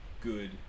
Good